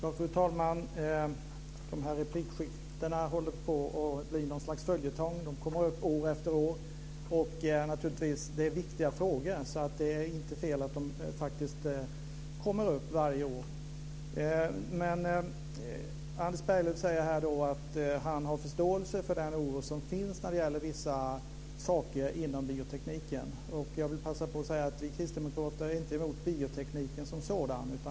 Fru talman! Replikskiftena blir en slags följetong. De återkommer år efter år. Det är viktiga frågor, så det är inte fel att de gör det. Anders Berglöv säger att han har förståelse för den oro som finns för vissa saker inom biotekniken. Vi kristdemokrater är inte emot biotekniken som sådan.